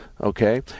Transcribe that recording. Okay